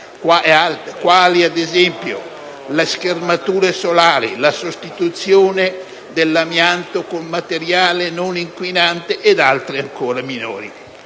quali, ad esempio, le schermature solari, la sostituzione dell'amianto con materiale non inquinante ed altri interventi minori.